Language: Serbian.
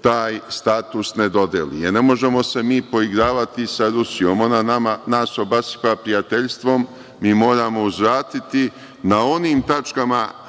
taj status ne dodeli. Ne možemo se mi poigravati sa Rusijom. Ona nas obasipa prijateljstvom, mi moramo uzvratiti na onim tačkama gde